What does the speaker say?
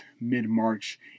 mid-March